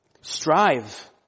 Strive